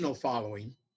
following